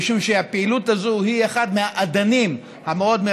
משום שהפעילות הזאת היא אחד מהאדנים המאוד-מרכזיים